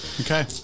Okay